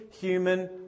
human